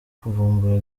kuvumbura